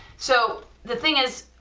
so the thing is,